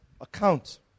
account